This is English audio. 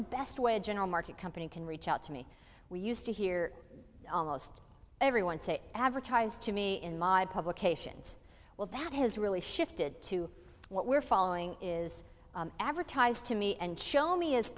a best way to general market company can reach out to me we used to hear almost everyone say advertise to me in mob publications well that has really shifted to what we're following is advertised to me and show me